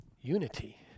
Unity